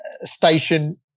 station –